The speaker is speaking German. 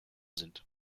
sind